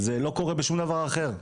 זה לא קורה בשום דבר אחר.